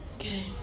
Okay